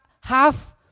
half